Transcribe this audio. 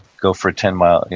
go for ten miles,